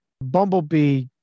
Bumblebee